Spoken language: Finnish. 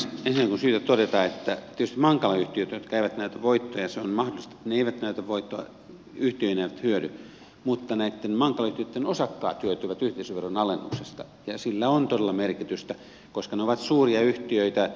ensinnäkin on syytä todeta että tietysti mankala yhtiöt jotka eivät näytä voittoa se on mahdollista että ne eivät näytä voittoa yhtiöinä eivät hyödy mutta näitten mankala yhtiöitten osakkaat hyötyvät yhteisöveron alennuksesta ja sillä on todella merkitystä koska ne ovat suuria yhtiöitä